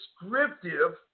descriptive